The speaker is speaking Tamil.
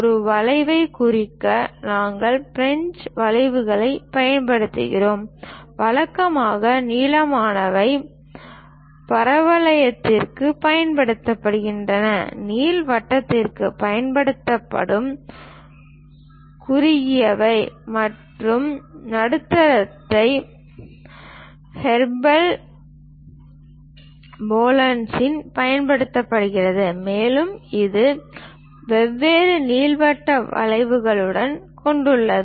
ஒரு வளைவைக் குறிக்க நாங்கள் பிரஞ்சு வளைவுகளைப் பயன்படுத்துகிறோம் வழக்கமாக நீளமானவை பரவளையத்திற்கு பயன்படுத்தப்படுகின்றன நீள்வட்டத்திற்குப் பயன்படுத்தப்படும் குறுகியவை மற்றும் நடுத்தரவை ஹைப்பர்போலாஸுக்குப் பயன்படுத்தப்படுகின்றன மேலும் இது வெவ்வேறு நீள்வட்ட வளைவுகளையும் கொண்டுள்ளது